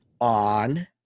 on